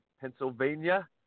Pennsylvania